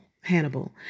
Hannibal